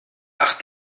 ach